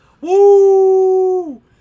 Woo